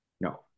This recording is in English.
No